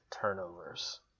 turnovers